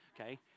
okay